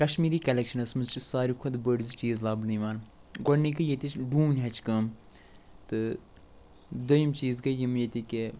Kashmiri collections منٛز چھِ ساروِے کھۄتہٕ بٔڑ زٕ چیٖز لبنہٕ یِوان گۄڈنِکی ییٚتِچ ڈوٗنۍ ہچہِ کٲم تہٕ دوٚیِم چیٖز گٔے یِم ییٚتِکۍ